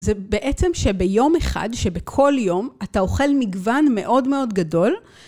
זה בעצם שביום אחד, שבכל יום, אתה אוכל מגוון מאוד מאוד גדול.